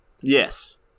Yes